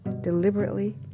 deliberately